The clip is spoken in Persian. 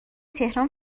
تهران